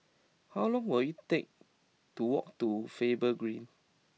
how long will it take to walk to Faber Green